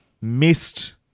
missed